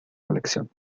colección